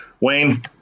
Wayne